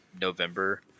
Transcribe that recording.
november